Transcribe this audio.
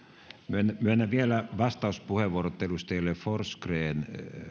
myönnän myönnän vielä vastauspuheenvuorot edustajille forsgren